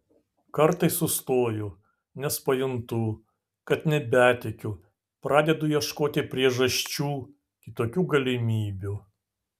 kartais sustoju nes pajuntu kad nebetikiu pradedu ieškoti priežasčių kitokių galimybių